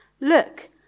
Look